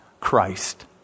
Christ